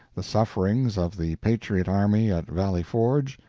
the sufferings of the patriot army at valley forge,